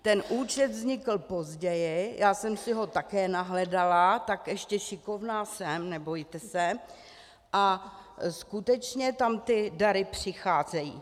Ten účet vznikl později, já jsem si ho také nahledala, tak ještě šikovná jsem, nebojte se, a skutečně tam ty dary přicházejí.